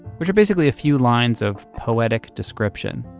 which are basically a few lines of poetic description.